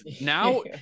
Now